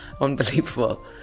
unbelievable